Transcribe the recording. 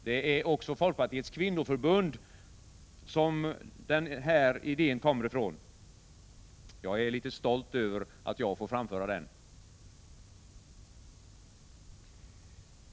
Det är också från Folkpartiets kvinnoförbund som den här idén kommer. Jag är litet stolt över att jag får framföra den.